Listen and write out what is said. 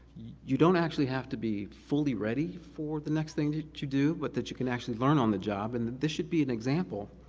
you don't actually have to be fully ready for the next thing to do, but that you can actually learn on the job, and this should be an example,